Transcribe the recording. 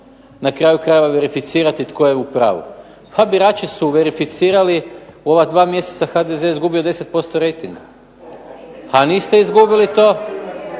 na kraju krajeva verificirati tko je u pravu. Pa birači su verificirali, u ova 2 mjeseca HDZ je izgubio 10% rejtinga, a niste izgubili,